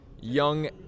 young